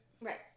Right